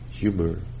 humor